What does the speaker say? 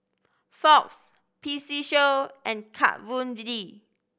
Fox P C Show and Kat Von D